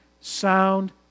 sound